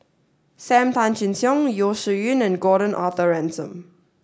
Sam Tan Chin Siong Yeo Shih Yun and Gordon Arthur Ransome